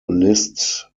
lists